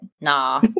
nah